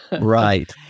right